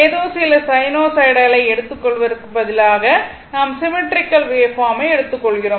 ஏதோ சில சைனூசாய்டலை எடுத்துக் கொள்வதற்கு பதிலாக நாம் சிம்மெட்ரிக்கல் வேவ்பார்ம் ஐ எடுத்துக் கொள்கிறோம்